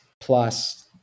plus